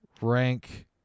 Rank